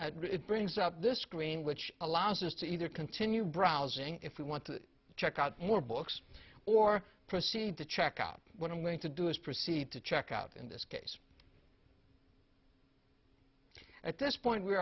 it brings up this screen which allows us to either continue browsing if we want to check out more books or proceed to check out what i'm going to do is proceed to check out in this case at this point we